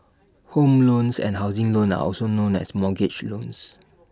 home loans and housing loans are also known as mortgage loans